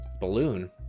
balloon